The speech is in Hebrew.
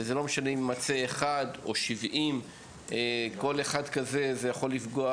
וזה לא משנה אם יימצא אחד או 70 - כל אחד כזה יכול לפגוע